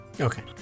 Okay